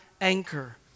anchor